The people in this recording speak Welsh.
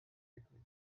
digwydd